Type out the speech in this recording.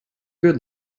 good